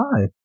hi